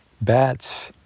bats